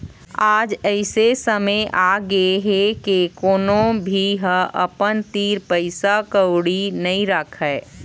आज अइसे समे आगे हे के कोनो भी ह अपन तीर पइसा कउड़ी नइ राखय